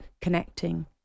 connecting